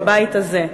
בבית הזה,